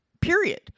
period